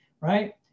right